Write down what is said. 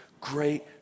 great